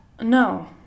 No